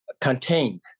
contained